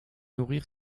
nourrir